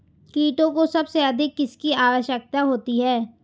कीटों को सबसे अधिक किसकी आवश्यकता होती है?